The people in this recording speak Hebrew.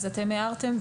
אתם הערתם,